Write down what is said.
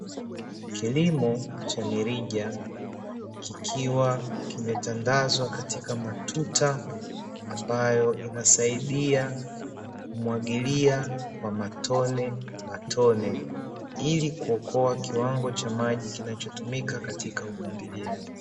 Kilimo cha mirija, kikiwa kimetandazwa katika matuta ambayo inasaidia kumwagilia kwa matone matone, ili kuokoa kiwango cha maji kinachotumika katika umwagiliaji.